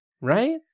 right